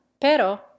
pero